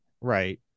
right